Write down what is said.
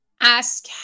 Ask